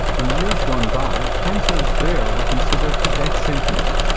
in years gone by, cancers there were considered a death sentence.